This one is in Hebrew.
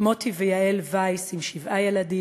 מוטי ויעל וייס עם שבעה ילדים,